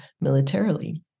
militarily